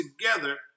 together